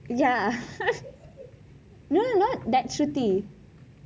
ya no not that shruthi